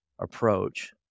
approach